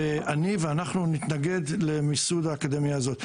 ואני ואנחנו נתנגד למיסוד האקדמיה הזאת.